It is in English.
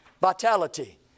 vitality